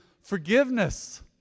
forgiveness